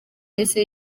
yahise